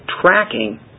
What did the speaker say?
tracking